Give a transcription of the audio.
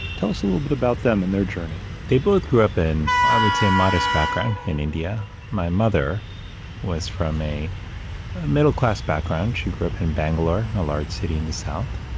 tell us a little bit about them and their journey. they both grew up in, i would say a modest background in india. my mother was from a a middle-class background. she grew up in bangalore, a large city in the south.